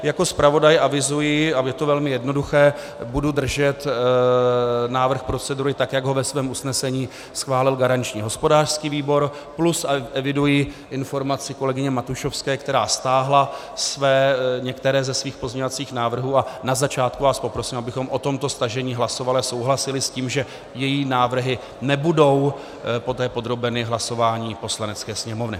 Jako zpravodaj avizuji, a je to velmi jednoduché, budu držet návrh procedury tak, jak ho ve svém usnesení schválil garanční hospodářský výbor, plus eviduji informaci kolegyně Matušovské, která stáhla některé ze svých pozměňovacích návrhů, a na začátku vás poprosím, abychom o tomto stažení hlasovali a souhlasili s tím, že její návrhy nebudou poté podrobeny hlasování Poslanecké sněmovny.